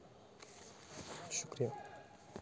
شُکرِیا